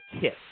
Kiss